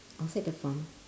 outside the farm